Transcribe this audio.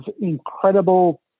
incredible